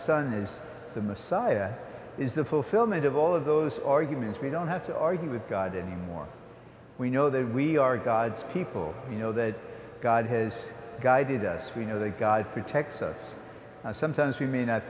son is the messiah it is the fulfillment of all of those arguments we don't have to argue with god anymore we know that we are god's people you know that god has guided us we know that god protects us and sometimes we m